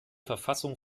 verfassung